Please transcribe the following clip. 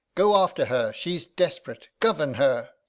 go after her. she's desperate govern her.